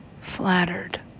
Flattered